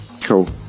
cool